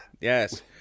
Yes